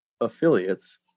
affiliates